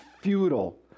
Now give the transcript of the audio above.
futile